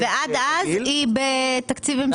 ועד אז היא בתקציב המשכי?